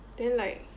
then like